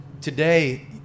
today